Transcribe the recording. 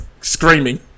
screaming